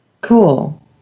Cool